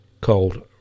called